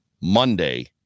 Monday